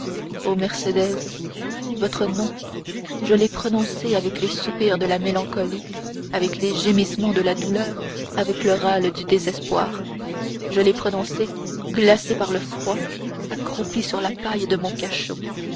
ô mercédès votre nom je l'ai prononcé avec les soupirs de la mélancolie avec les gémissements de la douleur avec le râle du désespoir je l'ai prononcé glacé par le froid accroupi sur la paille de mon cachot